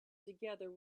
together